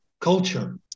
culture